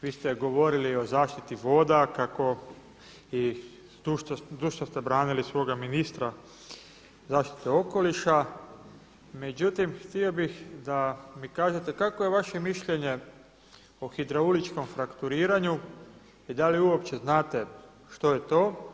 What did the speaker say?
Vi ste govorili o zaštiti voda kako i zdušno ste branili svoga ministra zaštite okoliša, međutim htio bih da mi kažete kakvo je vaše mišljenje o hidrauličkom frakturiranju i da li uopće znate što je to?